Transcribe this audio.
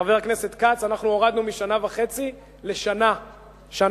חבר הכנסת כץ: אנחנו הורדנו משנה וחצי לשנה אחת.